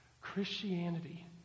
Christianity